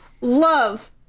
Love